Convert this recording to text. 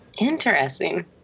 interesting